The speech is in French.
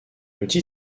outil